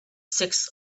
six